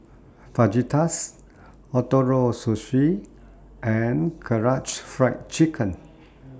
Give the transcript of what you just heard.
Fajitas Ootoro Sushi and Karaage Fried Chicken